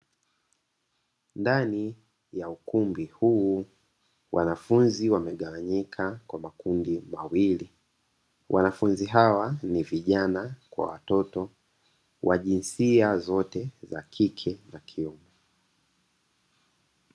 Ndani ya ukumbi huu, wanafunzi wamegawanyika kwa makundi mawiliX, wanafunzi hawa ni vijana kwa watoto wa jinsia zote, za kike na kiume.